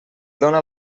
dóna